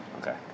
okay